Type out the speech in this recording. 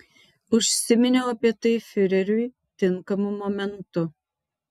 užsiminiau apie tai fiureriui tinkamu momentu